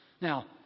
Now